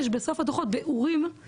יש בסוף הדו"חות ביאורים,